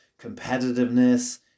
competitiveness